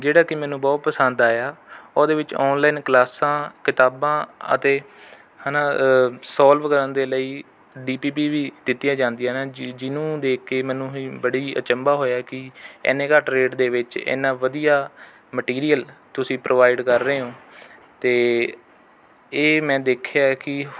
ਜਿਹੜਾ ਕਿ ਮੈਨੂੰ ਬਹੁਤ ਪਸੰਦ ਆਇਆ ਉਹਦੇ ਵਿੱਚ ਓਨਲਾਈਨ ਕਲਾਸਾਂ ਕਿਤਾਬਾਂ ਅਤੇ ਹੈ ਨਾ ਸੋਲਵ ਕਰਨ ਦੇ ਲਈ ਡੀ ਪੀ ਪੀ ਵੀ ਦਿੱਤੀਆਂ ਜਾਂਦੀਆਂ ਨੇ ਜਿ ਜਿਹਨੂੰ ਦੇਖ ਕੇ ਮੈਨੂੰ ਹੀ ਬੜੀ ਅਚੰਭਾ ਹੋਇਆ ਕਿ ਐਨੇ ਘੱਟ ਰੇਟ ਦੇ ਵਿੱਚ ਐਨਾ ਵਧੀਆ ਮਟੀਰੀਅਲ ਤੁਸੀਂ ਪ੍ਰੋਵਾਈਡ ਕਰ ਰਹੇ ਹੋ ਅਤੇ ਇਹ ਮੈਂ ਦੇਖਿਆ ਹੈ ਕਿ